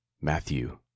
Matthew